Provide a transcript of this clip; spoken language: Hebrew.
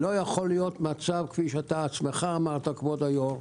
לא ייתכן מצב, כפי שאתה עצמך אמרת כבוד היו"ר,